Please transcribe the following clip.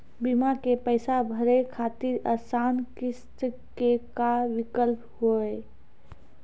बीमा के पैसा भरे खातिर आसान किस्त के का विकल्प हुई?